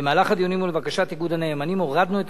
במהלך הדיונים ולבקשת איגוד הנאמנים הורדנו את